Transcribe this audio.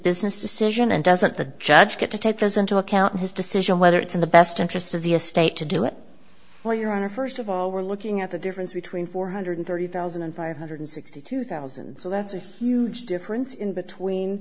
business decision and doesn't the judge get to take this into account his decision whether it's in the best interest of the estate to do it well your honor first of all we're looking at the difference between four hundred thirty thousand and five hundred sixty two thousand so that's a huge difference in between